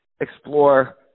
explore